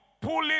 pulling